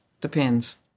depends